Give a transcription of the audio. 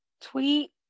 tweet